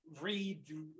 read